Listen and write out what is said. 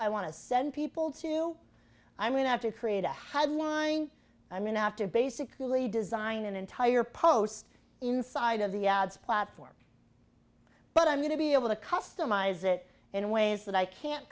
i want to send people to i'm going to have to create a headline i mean after basically design an entire post inside of the ads platform but i'm going to be able to customize it in ways that i can't